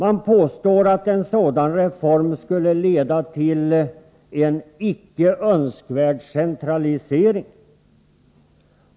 De påstår att en sådan reform skulle leda till en icke önskvärd centralisering.